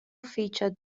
featured